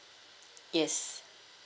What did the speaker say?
yes